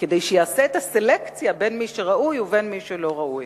כדי שיעשה את ה"סלקציה" בין מי ש"ראוי" ובין מי ש"לא ראוי".